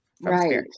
Right